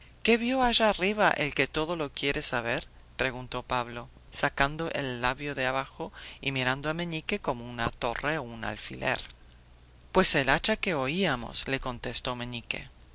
qué vio allá arriba el que todo lo quiere saber preguntó pablo sacando el labio de abajo y mirando a meñique como una torre a un alfiler pues el hacha que oíamos le contestó meñique